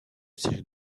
série